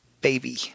baby